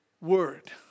word